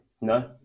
No